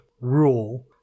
rule